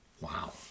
Wow